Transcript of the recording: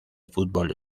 fútbol